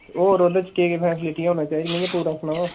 होर ओह्दे च केह् केह् फेसिलिटी होना चाहिदियां मतलब पूरा सनाओ ना